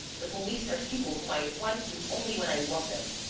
the police are people whom i apply to only when i want them.